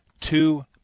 Two